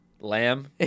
Lamb